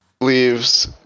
leaves